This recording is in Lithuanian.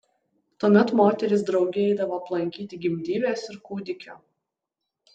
tuomet moterys drauge eidavo aplankyti gimdyvės ir kūdikio